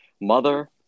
mother